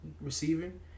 receiving